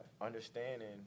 understanding